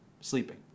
sleeping